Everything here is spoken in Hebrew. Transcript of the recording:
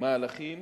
מהלכים